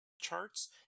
charts